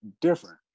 different